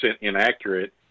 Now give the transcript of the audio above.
inaccurate